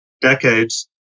decades